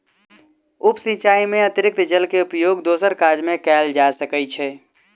उप सिचाई में अतरिक्त जल के उपयोग दोसर काज में कयल जा सकै छै